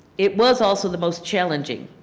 it was also the most challenging